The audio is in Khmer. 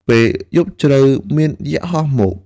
ពេលយប់ជ្រៅ មានយក្សហោះមក។